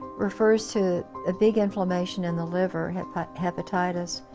refers to a big inflammation in the liver hepa hepatitis,